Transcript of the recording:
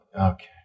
okay